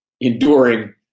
enduring